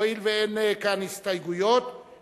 הואיל ואין כאן הסתייגויות,